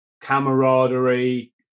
camaraderie